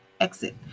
exit